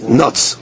nuts